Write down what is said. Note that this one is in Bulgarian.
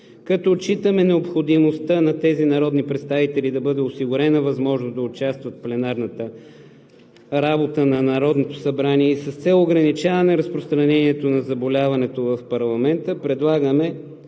като отчитаме необходимостта на тези народни представители да бъде осигурена възможност да участват в пленарната работа на Народното събрание и с цел ограничаване разпространението на заболяването в парламента, предлагаме